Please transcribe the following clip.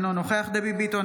אינו נוכח דבי ביטון,